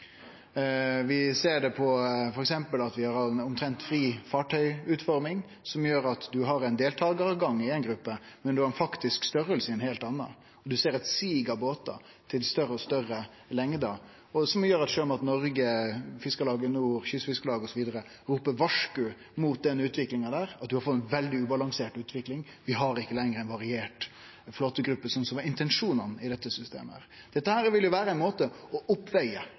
Vi ser det f.eks. på at vi har omtrent fri fartøyutforming, som gjer at ein har deltakarløyve i ei gruppe, men faktisk størrelse i ei heilt anna. Ein ser eit sig av båtar til større og større lengder, som gjer at Sjømat Norge, Fiskarlaget Nord, Kystfiskarlaget osv. ropar varsku mot den utviklinga – at vi får ei veldig ubalansert utvikling, at vi ikkje lenger har ei variert flåtegruppe, som var intensjonen med dette systemet. Dette vil vere ein måte å